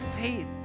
faith